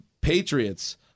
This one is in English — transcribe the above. Patriots